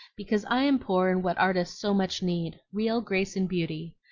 because i am poor in what artists so much need real grace and beauty.